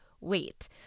wait